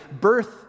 birth